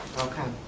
okay.